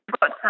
got